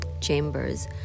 chambers